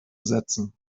setzen